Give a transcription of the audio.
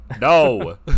No